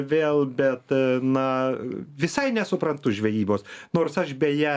vėl bet na visai nesuprantu žvejybos nors aš beje